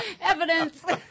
Evidence